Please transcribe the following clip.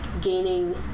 gaining-